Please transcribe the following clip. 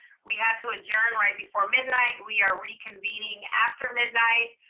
we had to adjourn right before midnight, we are reconvening after midnight.